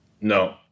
No